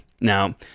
Now